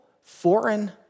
foreign